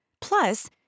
Plus